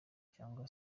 cyangwa